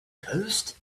coast